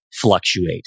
fluctuate